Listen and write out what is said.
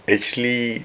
actually